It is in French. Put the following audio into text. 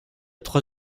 trois